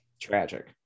Tragic